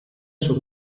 suo